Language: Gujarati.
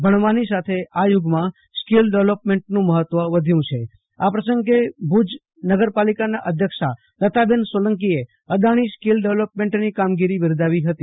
ભણવાની સાથે આ યુગમાં સ્કિલ ડેવલોપમેન્ટનું મહત્વ વધ્યું છે આ પ્રસંગે ભુજના નગરપાલિકાના પ્રમુખ લતાબેન સોલંકીએ અદાણી સ્કિલ ડેવલોપમેન્ટની કામગીરી બિરદાવી હતી